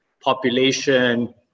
population